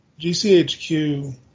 GCHQ